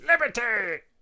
Liberty